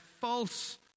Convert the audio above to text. false